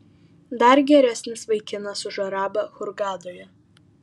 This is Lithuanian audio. dar geresnis vaikinas už arabą hurgadoje